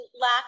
lack